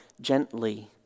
gently